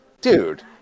dude